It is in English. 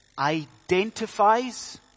identifies